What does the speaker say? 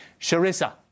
Sharissa